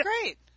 great